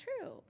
true